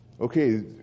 Okay